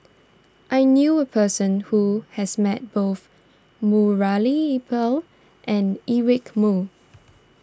I knew a person who has met both Murali Pill and Eric Moo